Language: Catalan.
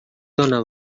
dóna